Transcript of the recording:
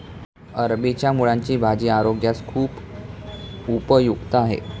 अरबीच्या मुळांची भाजी आरोग्यास खूप उपयुक्त आहे